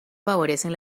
favorecen